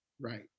Right